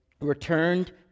returned